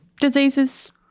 diseases